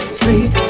sweet